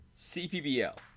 CPBL